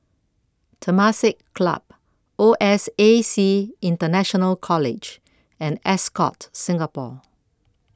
Temasek Club O S A C International College and Ascott Singapore